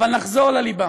אבל נחזור לליבה.